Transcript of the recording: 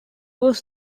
was